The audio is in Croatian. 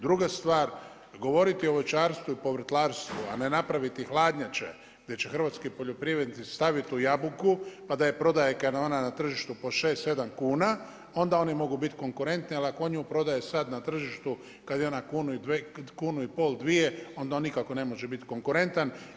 Druga stvar, govoriti o voćarstvu i povrtlarstvu, a ne napraviti hladnjače gdje će hrvatski poljoprivrednici staviti tu jabuku kada je prodaje kada je ona na tržištu po 6, 7 kuna onda oni mogu biti konkurentni, ali ako on nju prodaje sad na tržištu kada je ona kunu i pol, dvije onda on nikako ne može biti konkurentan.